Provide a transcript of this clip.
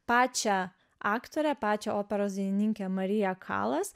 pačią aktorę pačią operos dainininkę mariją kalas